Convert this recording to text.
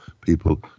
People